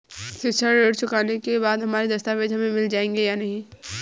शिक्षा ऋण चुकाने के बाद हमारे दस्तावेज हमें मिल जाएंगे या नहीं?